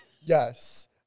Yes